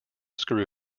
screw